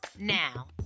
now